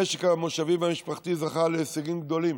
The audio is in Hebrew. המשק המושבי והמשפחתי זכה להישגים גדולים.